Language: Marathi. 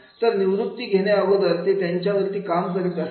तर निवृत्ती घेण्या अगोदर ते त्याच्या वरती काम करीत असतील